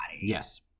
Yes